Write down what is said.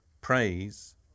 praise